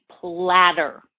platter